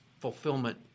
fulfillment